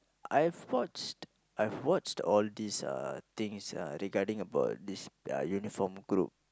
I've watched I've watched all these uh things uh regarding about this uh uniform group